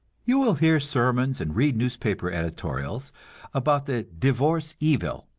you will hear sermons and read newspaper editorials about the divorce evil,